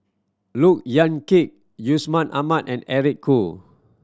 Look Yan Kit Yusman Aman and Eric Khoo